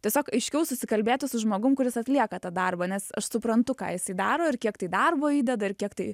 tiesiog aiškiau susikalbėti su žmogumi kuris atlieka tą darbą nes aš suprantu ką jisai daro ir kiek tai darbo įdeda kiek tai